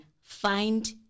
find